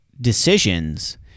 decisions